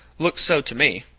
looks so to me.